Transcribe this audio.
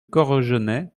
corgenay